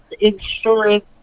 insurance